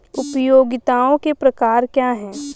उपयोगिताओं के प्रकार क्या हैं?